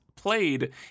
Played